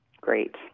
Great